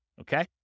Okay